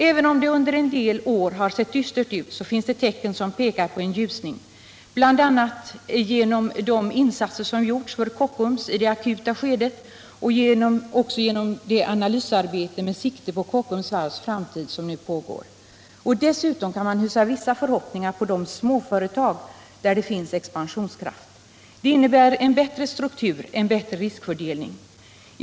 Även om det under en del år har sett dystert ut finns det tecken som tyder på en ljusning, bl.a. på grund av de insatser som gjorts på Kockums i det akuta skedet och det analysarbete med sikte på Kockums varvs framtid som nu pågår. Dessutom kan man hysa vissa förhoppningar på de småföretag där det finns expansionskraft. Det innebär en bättre struktur, en bättre riskfördelning.